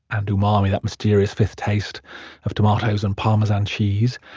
and umami, that mysterious fifth taste of tomatoes and parmesan cheese.